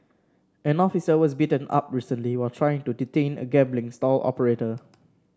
an officer was beaten up recently while trying to detain a gambling stall operator